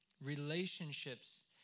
Relationships